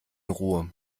ruhe